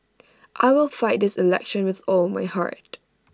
I will fight this election with all my heart